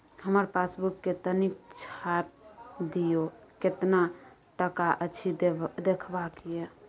हमर पासबुक के तनिक छाय्प दियो, केतना टका अछि देखबाक ये?